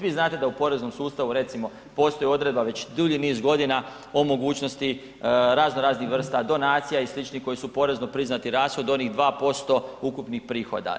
Vi znate da u poreznom sustavu recimo postoji odredba već dulji niz godina o mogućnosti razno raznih vrsta donacija i sličnih koji su porezno priznati, rashod onih 2% ukupnih prihoda.